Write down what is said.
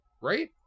right